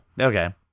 Okay